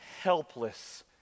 helpless